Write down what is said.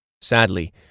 Sadly